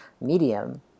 Medium